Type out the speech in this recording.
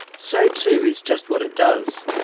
so too is just what it does.